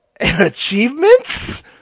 achievements